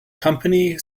company